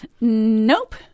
Nope